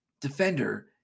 defender